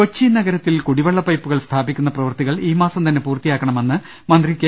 കൊച്ചി നഗരത്തിൽ കുടിവെള്ള പൈപ്പുകൾ സ്ഥാപിക്കുന്ന പ്രവൃത്തി കൾ ഈ മാസം തന്നെ പൂർത്തിയാക്കണമെന്ന് മന്ത്രി കെ